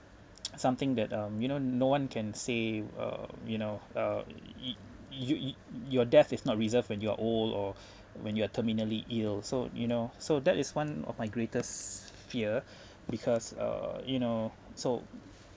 something that um you know no one can say uh you know uh your death is not reserved when you're old or when you are terminally ill so you know so that is one of my greatest fear because uh you know so